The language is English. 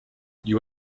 you